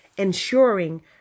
ensuring